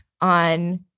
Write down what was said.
on